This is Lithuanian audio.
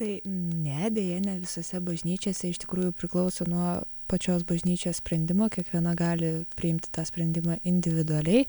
tai ne deja ne visose bažnyčiose iš tikrųjų priklauso nuo pačios bažnyčios sprendimo kiekviena gali priimti tą sprendimą individualiai